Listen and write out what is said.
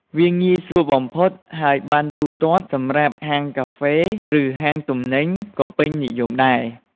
វាងាយស្រួលបំផុត ហើយប័ណ្ណទូទាត់សម្រាប់ហាងកាហ្វេ ឬហាងទំនិញក៏ពេញនិយមដែរ។